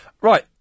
Right